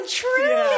true